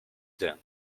dain